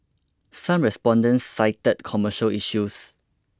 some respondents cited commercial issues